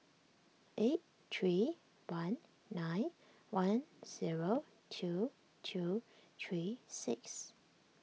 eight three one nine one zero two two three six